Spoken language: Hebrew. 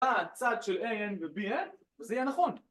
אה, צד של a-n ו b-n? זה היה נכון.